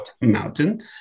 mountain